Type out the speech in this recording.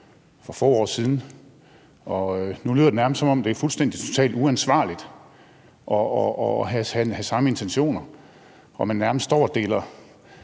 for få år siden, og nu lyder det nærmest, som om det er fuldstændig totalt uansvarligt at have samme intentioner, og at man nærmest står og deler